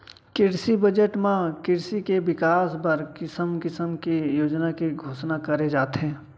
किरसी बजट म किरसी के बिकास बर किसम किसम के योजना के घोसना करे जाथे